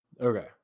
Okay